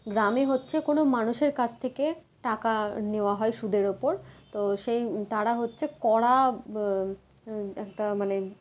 গ্রামে হচ্ছে কোনো মানুষের কাছ থেকে টাকা নেওয়া হয় সুদের উপর তো সেই তারা হচ্ছে কড়া একটা মানে